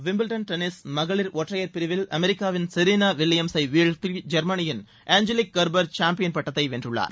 Wimbledon tennis மகளிர் ஒற்றையர் பிரிவில் அமெரிக்காவின் செரீனா வில்லியம்ஸை வீழ்த்தி ஜெர்மனியின் ஏஞ்சலிக் கெர்பர் சாம்பியன் பட்டத்தை வென்றுள்ளார்